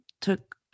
took